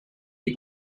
you